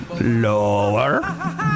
Lower